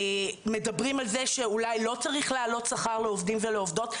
מדברים על זה שאולי לא צריך להעלות שכר לעובדים ולעובדות,